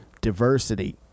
diversity